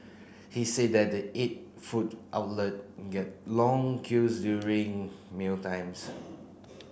he say that the eight food outlets get long queues during mealtimes